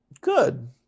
Good